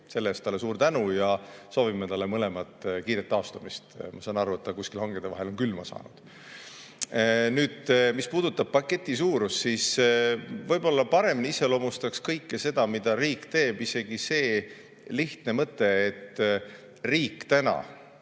Selle eest talle suur tänu! Ja soovime mõlemad talle kiiret taastumist. Ma saan aru, et ta on kuskil hangede vahel külma saanud. Nüüd, mis puudutab paketi suurust, siis võib-olla paremini iseloomustaks kõike seda, mida riik teeb, isegi see lihtne mõte: riik ja